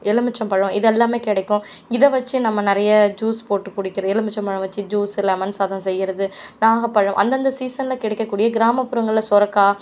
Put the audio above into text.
எலுமிச்சம்பழம் இது எல்லாம் கிடைக்கும் இதை வச்சு நம்ப நிறைய ஜூஸ் போட்டு குடிக்கிறது எலுமிச்சம்பழம் வச்சு ஜூஸ் லெமன் சாதம் செய்யறது நாகப்பழம் அந்தந்த சீசனில் கிடைக்கக்கூடிய கிராமப்புறங்களில் சுரக்கா